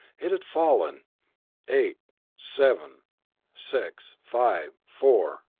it had fallen eight seven six five four.